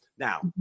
Now